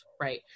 Right